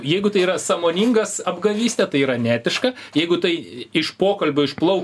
jeigu tai yra sąmoningas apgavystė tai yra neetiška jeigu tai iš pokalbio išplauk